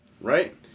Right